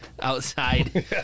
Outside